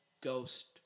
ghost